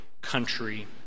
country